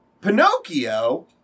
Pinocchio